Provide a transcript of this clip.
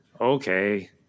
okay